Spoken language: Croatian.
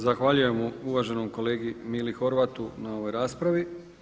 Zahvaljujem uvaženom kolegi Mili Horvatu na ovoj raspravi.